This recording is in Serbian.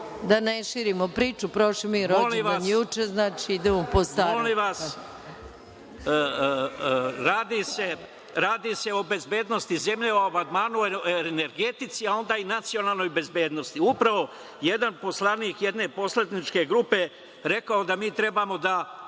Da ne širimo priču, prošao mi je rođendan juče, znači, idemo po starom. **Marko Atlagić** Molim vas, radi se o bezbednosti zemlje, o amandmanu o energetici, a onda i nacionalnoj bezbednosti. Upravo jedan poslanik jedne poslaničke grupe rekao je da mi trebamo da